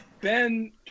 Ben